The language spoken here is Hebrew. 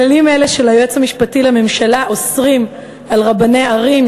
כללים אלה של היועץ המשפטי לממשלה אוסרים על רבני ערים,